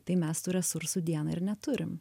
tai mes tų resursų dieną ir neturim